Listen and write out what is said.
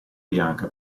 bianca